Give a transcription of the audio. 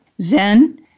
Zen